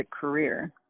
career